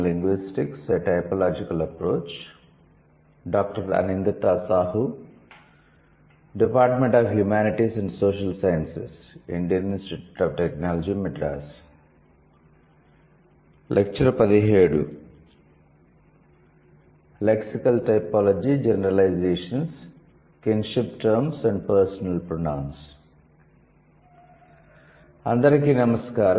lecture 17 lexical typology generalisations kinship terms and personal pronouns అందరికీ నమస్కారం